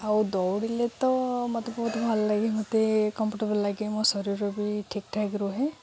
ଆଉ ଦୌଡ଼ିଲେ ତ ମୋତେ ବହୁତ ଭଲ ଲାଗେ ମତେ କମ୍ଫର୍ଟେବୁଲ୍ ଲାଗେ ମୋ ଶରୀର ବି ଠିକ୍ ଠାକ୍ ରୁହେ